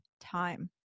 time